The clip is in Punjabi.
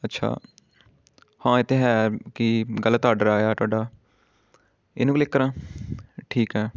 ਅੱਛਾ ਹਾਂ ਇਹ ਤਾਂ ਹੈ ਕਿ ਗਲਤ ਆਡਰ ਆਇਆ ਤੁਹਾਡਾ ਇਹਨੂੰ ਕਲਿੱਕ ਕਰਾਂ ਠੀਕ ਆ